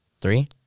Three